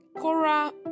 Cora